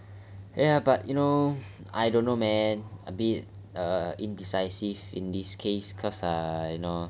ya but you know I don't know man a bit indecisive in this case cuz ah I